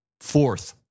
Fourth